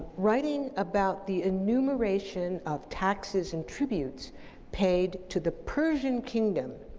writing about the enumeration of taxes and tributes paid to the persian kingdom,